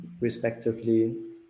respectively